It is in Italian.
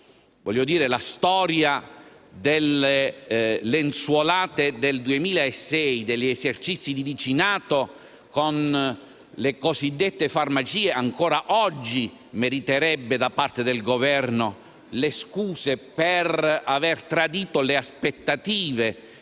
inganni. La storia delle lenzuolate del 2006, degli esercizi di vicinato, con le cosiddette farmacie, ancora oggi meriterebbe le scuse da parte del Governo per aver tradito le aspettative